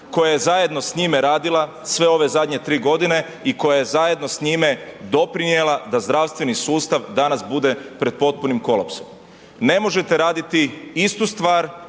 koja je zajedno s njime radila sve ove zadnje 3 godine i koja je zajedno s njime doprinijela da zdravstveni sustav danas bude pred potpunim kolapsom. Ne možete raditi istu stvar,